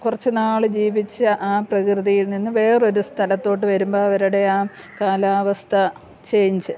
കുറച്ചു നാൾ ജീവിച്ചു ആ പ്രകൃതിയിൽ നിന്ന് വേറൊരു സ്ഥലത്തോട്ട് വരുമ്പോൾ അവരുടെ ആ കാലാവസ്ഥ ചേഞ്ച്